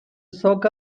soak